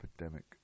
epidemic